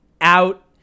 out